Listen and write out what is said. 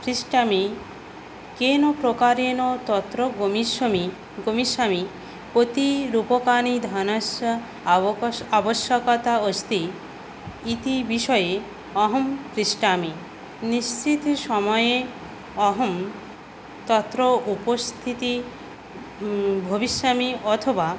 पृच्छामि केन प्रकारेण तत्र गमिष्यामि गमिष्यामि कति रूप्यकाणि धनस्य आवकश् आवश्यकता अस्ति इति विषये अहं पृच्छामि निश्चितसमये अहं तत्र उपस्थितः भविष्यामि अथवा